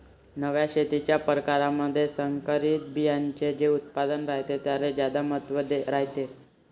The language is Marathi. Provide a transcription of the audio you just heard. नव्या शेतीच्या परकारामंधी संकरित बियान्याचे जे उत्पादन रायते त्याले ज्यादा महत्त्व रायते